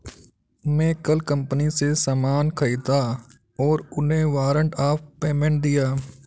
मैं कल कंपनी से सामान ख़रीदा और उन्हें वारंट ऑफ़ पेमेंट दिया